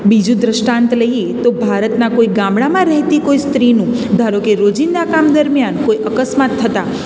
બીજું દૃષ્ટાંત લઈએ તો ભારતના કોઈ ગામડામાં રહેતી કોઈ સ્ત્રીનું ધારો કે રોજિંદા કામ દરમિયાન કોઈ અકસ્માત થતા તેના